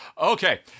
Okay